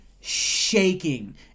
shaking